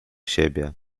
siebie